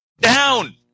Down